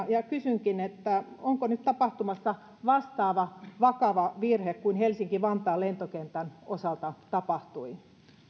ja kysynkin onko nyt tapahtumassa vastaava vakava virhe kuin helsinki vantaan lentokentän osalta tapahtui